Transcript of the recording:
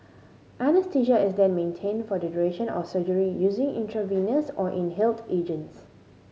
anaesthesia is then maintained for the duration of surgery using intravenous or inhaled agents